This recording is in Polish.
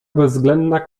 bezwzględna